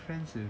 francis